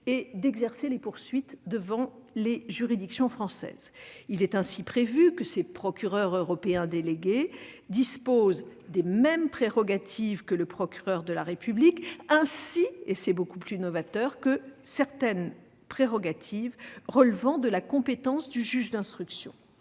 et d'exercer des poursuites devant les juridictions françaises. Il est ainsi prévu que ces procureurs européens délégués disposent des mêmes prérogatives que le procureur de la République, ainsi, et c'est beaucoup plus novateur, que certaines prérogatives relevant de la compétence du juge d'instruction.